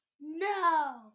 No